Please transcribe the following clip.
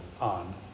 on